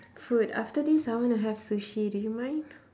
food after this I wanna have sushi do you mind